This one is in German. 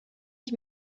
ich